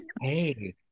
hey